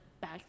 Back